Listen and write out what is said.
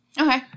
Okay